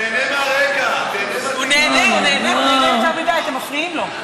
הוא נהנה, הוא נהנה, אתם מפריעים לו.